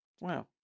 Wow